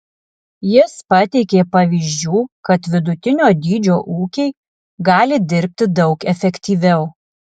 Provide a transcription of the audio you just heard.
jis pateikė pavyzdžių kad vidutinio dydžio ūkiai gali dirbti daug efektyviau